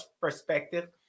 perspective